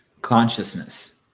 consciousness